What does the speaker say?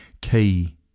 key